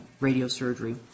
radiosurgery